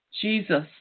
Jesus